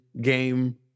game